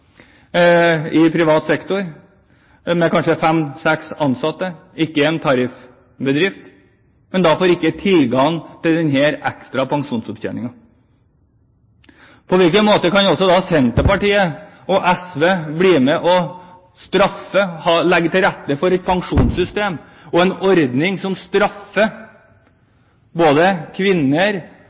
i privat sektor, med kanskje fem–seks ansatte. Det er ikke en bedrift med tariffavtale. Man får da ikke tilgang til den ekstra pensjonsopptjeningen. Hvordan kan Senterpartiet og SV bli med på å legge til rette for et pensjonssystem og en ordning som straffer kvinner